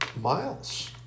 miles